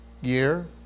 Year